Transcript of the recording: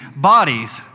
bodies